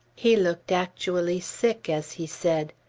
he looked actually sick as he said,